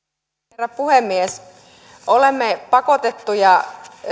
herra puhemies olemme pakotettuja